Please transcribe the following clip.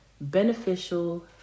beneficial